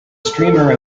streamer